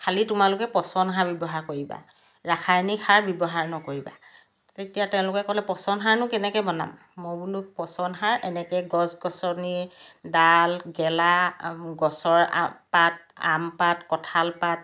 খালি তোমালোকে পচন সাৰ ব্যৱহাৰ কৰিবা ৰাসায়নিক সাৰ ব্যৱহাৰ নকৰিবা তেতিয়া তেওঁলোকে ক'লে পচন সাৰনো কেনেকৈ বনাম মই বোলো পচন সাৰ এনেকৈ গছ গছনিৰ ডাল গেলা গছৰ পাত আম পাত কঁঠাল পাত